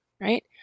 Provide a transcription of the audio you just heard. right